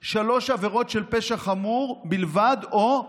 3. עבירות של פשע חמור בלבד או,